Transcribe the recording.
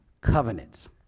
covenants